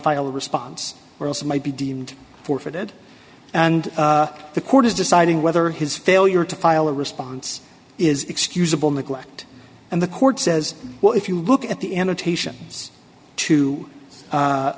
file a response or else it might be deemed forfeited and the court is deciding whether his failure to file a response is excusable neglect and the court says well if you look at the